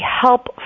help